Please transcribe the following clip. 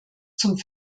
zum